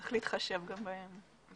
וצריך להתחשב גם בהן.